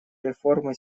реформы